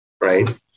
Right